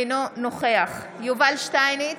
אינו נוכח יובל שטייניץ,